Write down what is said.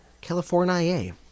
California